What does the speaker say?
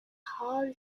hull